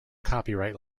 copyright